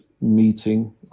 meeting